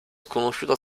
sconosciuto